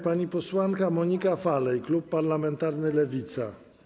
Pani posłanka Monika Falej, klub parlamentarny Lewica.